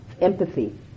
empathy